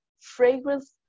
fragrance